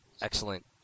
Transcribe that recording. Excellent